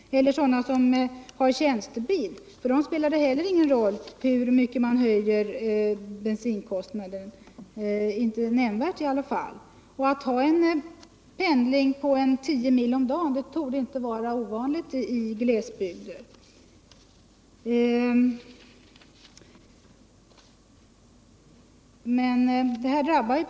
Inte heller för sådana som har tjänstebil spelar det någon roll hur mycket man höjer bensinkostnaden, i varje fall inte nämnvärt. Men för dem som måste pendla kanske tio mil om dagen — och det torde inte vara ovanligt i glesbygden — spelar en sådan här höjning stor roll.